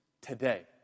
today